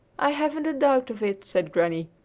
i haven't a doubt of it, said granny.